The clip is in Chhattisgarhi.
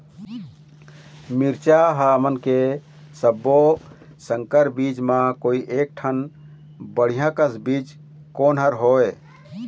मिरचा हमन के सब्बो संकर बीज म कोई एक ठन बढ़िया कस बीज कोन हर होए?